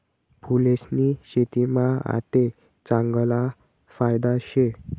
फूलेस्नी शेतीमा आते चांगला फायदा शे